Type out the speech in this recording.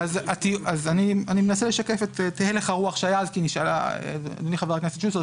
אדוני חבר הכנסת שוסטר,